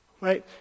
right